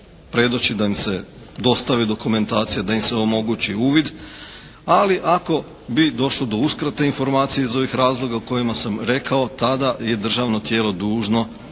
predoči, da im se dostavi dokumentacija, da im se omogući uvid, ali ako bi došlo do uskrate informacija iz ovih razloga o kojima sam rekao tada je državno tijelo dužno